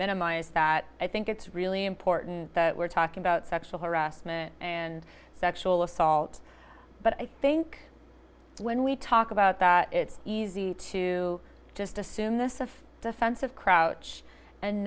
minimize that i think it's really important that we're talking about sexual harassment and sexual assault but i think when we talk about that it's easy to just assume this of defensive crouch and